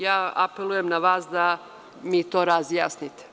Ja apelujem na vas da mi to razjasnite.